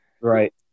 Right